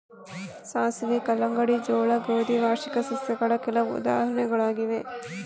ಸಾಸಿವೆ, ಕಲ್ಲಂಗಡಿ, ಜೋಳ, ಗೋಧಿ ವಾರ್ಷಿಕ ಸಸ್ಯಗಳ ಕೆಲವು ಉದಾಹರಣೆಗಳಾಗಿವೆ